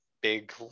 big